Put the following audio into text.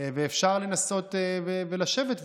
ואפשר לנסות ולשבת.